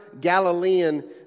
Galilean